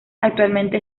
actualmente